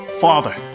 Father